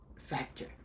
factor